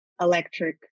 electric